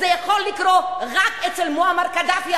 זה יכול לקרות רק אצל מועמר קדאפי,